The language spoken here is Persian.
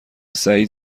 سعید